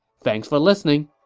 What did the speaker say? thanks for listening!